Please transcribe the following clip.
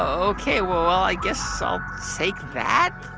ok. well, i guess i'll so take that?